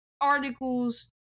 articles